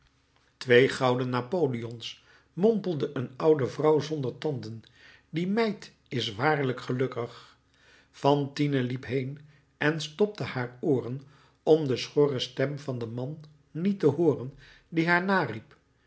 twee gouden napoleons mompelde een oude vrouw zonder tanden die meid is waarlijk gelukkig fantine liep heen en stopte haar ooren om de schorre stem van den man niet te hooren die